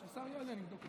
כשהשר יעלה, נבדוק את